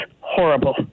horrible